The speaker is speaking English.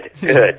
Good